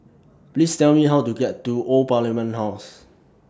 Please Tell Me How to get to Old Parliament House